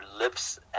lips